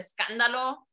Escándalo